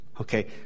okay